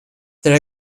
their